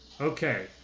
Okay